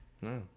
No